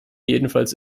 jedenfalls